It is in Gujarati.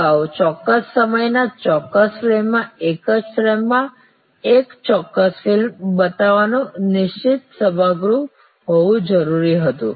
અગાઉ ચોક્કસ સમયના ચોક્કસ ફ્રેમમાં એક જ ફ્રેમમાં એક ચોક્કસ ફિલ્મ બતાવવાનું નિશ્ચિત સભાગૃહ હોવું જરૂરી હતું